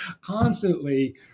constantly